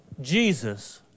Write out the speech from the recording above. Jesus